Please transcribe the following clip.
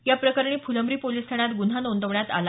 या प्रकरणी फुलंब्री पोलीस ठाण्यात ग्न्हा नोंदवण्यात आला